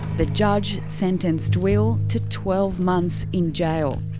the judge sent and so will to twelve months in jail.